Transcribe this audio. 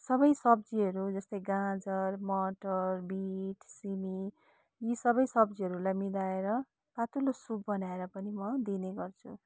सबै सब्जीहरू जस्तै गाजर मटर बिट र सिमी यी सबै सब्जीहरूलाई मिलाएर पातलो सुप बनाएर पनि म दिने गर्छु